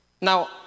now